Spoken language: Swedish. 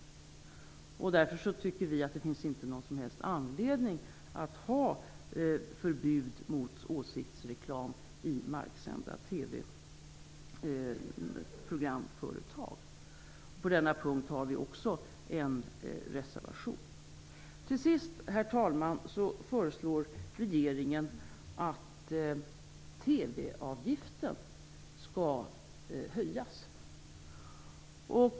Därför tycker vi att det inte finns någon som helst anledning att ha förbud mot åsiktsreklam i programföretag med marksänd TV. På denna punkt har vi också en reservation. Herr talman! Slutligen föreslår regeringen att TV avgiften skall höjas.